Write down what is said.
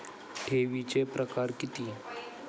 ठेवीचे प्रकार किती?